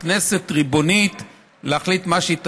הכנסת ריבונית להחליט מה שהיא תחליט,